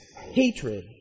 hatred